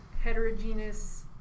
heterogeneous